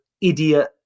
idiot